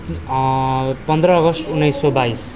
पन्ध्र अगस्ट उन्नाइस सय बाइस